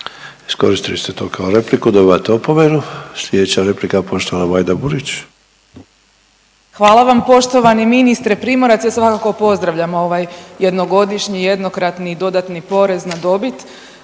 Iskoristili ste to kao repliku, dobivate opomenu. Sljedeća replika, poštovana Majda Burić. **Burić, Majda (HDZ)** Hvala vam poštovani ministre Primorac. Ja svakako pozdravljam ovaj jednogodišnji jednokratni i dodatni porez na dobit